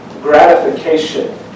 Gratification